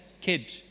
kid